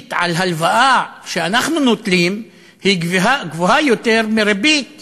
ריבית על הלוואה שאנחנו נוטלים היא גבוהה יותר מריבית